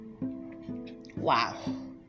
wow